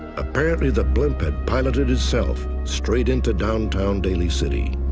apparently, the blimp had piloted itself straight into downtown daly city.